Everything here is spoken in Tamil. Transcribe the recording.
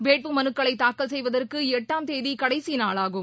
வேட்பு மனுக்களை தாக்கல் செய்வதற்கு எட்டாம் தேதி கடைசி நாளாகும்